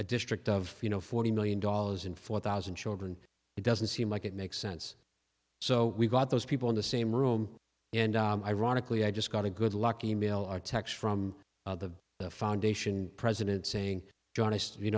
a district of you know forty million dollars and four thousand children it doesn't seem like it makes sense so we've got those people in the same room and ironically i just got a good luck email our text from the foundation president saying john as you